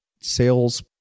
sales